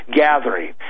gathering